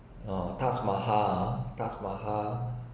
uh taj mahal taj mahal